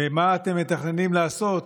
ומה אתם מתכננים לעשות,